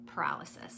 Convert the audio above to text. Paralysis